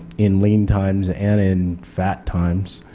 in lean times and in fact times.